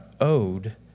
owed